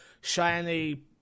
shiny